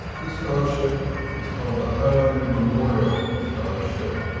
this scholarship is called the highlander memorial scholarship.